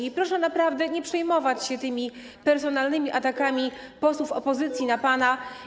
I proszę naprawdę nie przejmować się tymi personalnymi atakami posłów opozycji na pana.